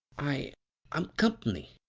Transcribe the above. i a i'm comp'ny,